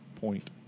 point